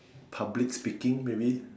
public speaking maybe